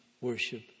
worship